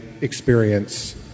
experience